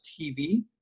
TV